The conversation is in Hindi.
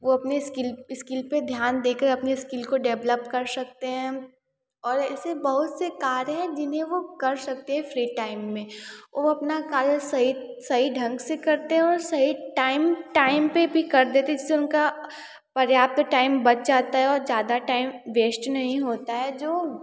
वो अपने स्किल स्किल पे ध्यान देकर अपने स्किल को डेवलप कर सकते हैं और ऐसे बहुत से कार्य हैं जिन्हें वो कर सकते हैं फ़्री टाइम में वो अपना कार्य सहित सही ढंग से करते हैं और सही टाइम टाइम पे भी कर देते हैं जिससे उनका पर्याप्त टाइम बच जाता है और ज़्यादा टाइम वेष्ट नहीं होता है जो